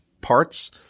parts